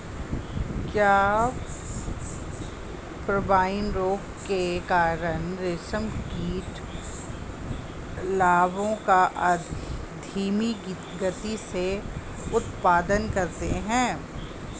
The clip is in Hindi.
क्या पेब्राइन रोग के कारण रेशम कीट लार्वा का धीमी गति से उत्पादन करते हैं?